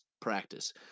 practice